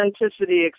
authenticity